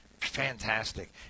fantastic